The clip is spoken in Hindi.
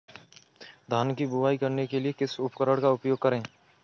धान की बुवाई करने के लिए किस उपकरण का उपयोग करें?